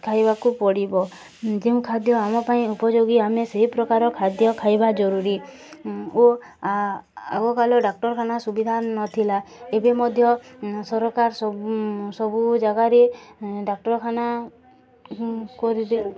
ଖାଇବାକୁ ପଡ଼ିବ ଯେଉଁ ଖାଦ୍ୟ ଆମ ପାଇଁ ଉପଯୋଗୀ ଆମେ ସେଇ ପ୍ରକାର ଖାଦ୍ୟ ଖାଇବା ଜରୁରୀ ଓ ଆଗକାଳ ଡାକ୍ତରଖାନା ସୁବିଧା ନଥିଲା ଏବେ ମଧ୍ୟ ସରକାର ସ ସବୁ ଜାଗାରେ ଡାକ୍ତରଖାନା କରି